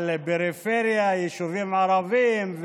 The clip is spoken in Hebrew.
על פריפריה, יישובים ערביים,